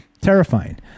terrifying